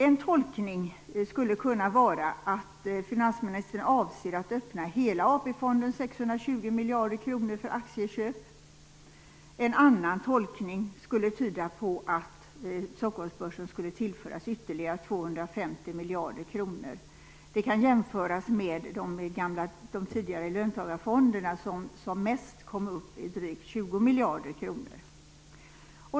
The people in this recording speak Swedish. En tolkning skulle kunna vara att finansministern avser att öppna hela AP-fondens 620 miljarder kronor för aktieköp. En annan tolkning skulle tyda på att miljarder kronor. Det kan jämföras med de tidigare löntagarfonderna, som som mest kom upp i drygt 20 miljarder kronor.